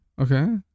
Okay